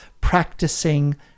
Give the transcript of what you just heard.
practicing